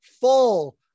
full